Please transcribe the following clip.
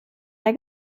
der